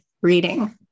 reading